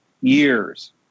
years